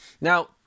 Now